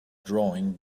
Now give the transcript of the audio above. drawing